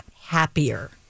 happier